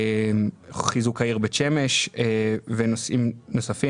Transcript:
חיזוק העיר בית שמש ונושאים נוספים.